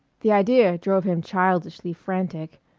the idea drove him childishly frantic.